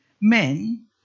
men